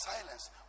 silence